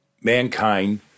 mankind